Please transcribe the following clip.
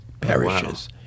perishes